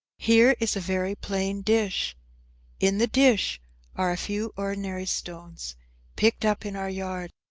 here is a very plain dish in the dish are a few ordinary stones picked up in our yard.